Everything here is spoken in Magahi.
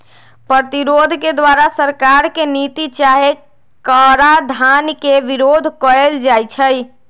प्रतिरोध के द्वारा सरकार के नीति चाहे कराधान के विरोध कएल जाइ छइ